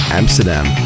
amsterdam